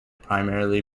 primarily